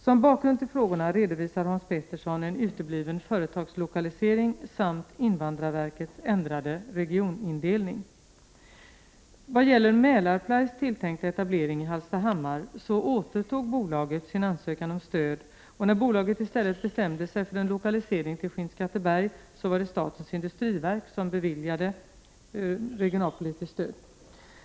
Som bakgrund till frågorna redovisar Hans Petersson en utebliven företagslokalisering samt invandrarverkets ändrade regionindelning. Vad gäller Mälarplys tilltänkta etablering i Hallstahammar, så återtog bolaget sin ansökan om stöd, och när bolaget i stället bestämde sig för en lokalisering till Skinnskatteberg, så var det statens industriverk som beviljade regionalpolitiskt stöd.